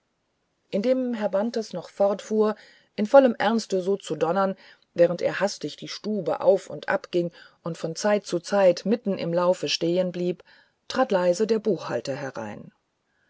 indem herr bantes noch fortfuhr in vollem ernste so zu donnern während er hastig die stube auf und ab ging und von zeit zu zeit mitten im laufe stehenblieb trat leise der buchhalter herein